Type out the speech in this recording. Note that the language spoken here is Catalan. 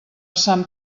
sant